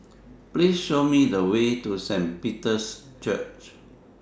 Please Show Me The Way to Saint Peter's Church